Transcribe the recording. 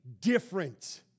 different